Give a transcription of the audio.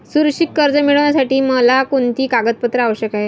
सुरक्षित कर्ज मिळविण्यासाठी मला कोणती कागदपत्रे आवश्यक आहेत